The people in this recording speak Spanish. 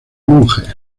monje